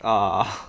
ah